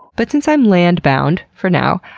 but since i'm land bound for now,